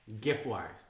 Gift-wise